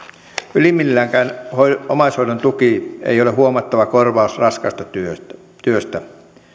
ylimmilläänkään omaishoidon tuki ei ole huomattava korvaus raskaasta työstä työstä